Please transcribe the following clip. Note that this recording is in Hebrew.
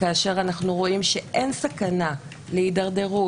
כאשר אנחנו רואים שאין סכנה להידרדרות,